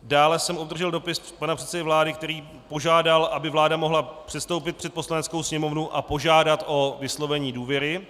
Dále jsem obdržel dopis pana předsedy vlády, kterým požádal, aby vláda mohla předstoupit před Poslaneckou sněmovnu a požádat o vyslovení důvěry.